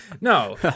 No